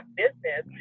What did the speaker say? business